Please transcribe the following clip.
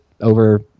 over